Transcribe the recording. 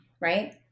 right